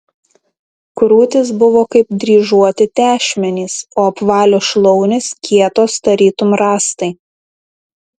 krūtys buvo kaip dryžuoti tešmenys o apvalios šlaunys kietos tarytum rąstai